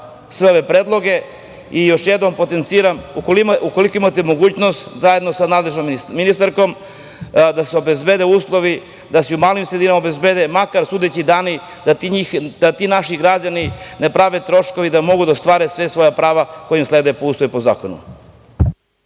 sve ove predloge. Još jednom potenciram, ukoliko imate mogućnost, zajedno sa nadležnom ministarkom, da se obezbede uslovi da se i u malim sredinama obezbede makar sudeći dani, da ti naši građani ne prave troškove i da mogu da ostvare sva svoja prava koja im slede po Ustavu i po zakonu.